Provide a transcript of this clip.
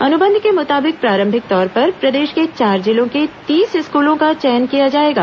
अनुबंध के मुताबिक प्रारंभिक तौर पर प्रदेश के चार जिलों के तीस स्कूलों का चयन किया जाएगा